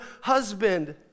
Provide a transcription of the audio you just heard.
husband